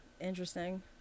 interesting